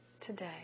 today